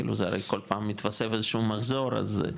כאילו זה הרי כל פעם מתווסף איזשהו מחזור וכמה